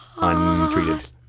untreated